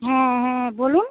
হ্যাঁ হ্যাঁ বলুন